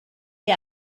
you